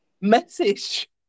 message